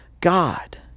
God